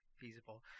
feasible